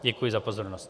Děkuji za pozornost.